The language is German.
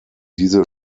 diese